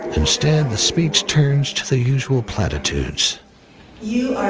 instead, the speech turns to the usual platitudes you